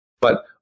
But-